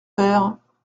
faire